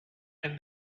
and